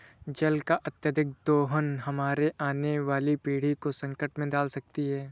जल का अत्यधिक दोहन हमारे आने वाली पीढ़ी को संकट में डाल सकती है